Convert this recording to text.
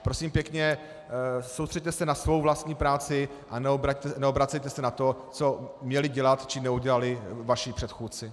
Prosím pěkně, soustřeďte se na svou vlastní práci a neobracejte se na to, co měli dělat či neudělali vaši předchůdci.